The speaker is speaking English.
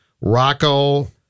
Rocco